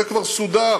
זה כבר סודר,